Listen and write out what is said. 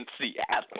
Seattle